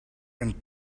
and